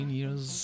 years